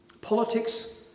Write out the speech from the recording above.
Politics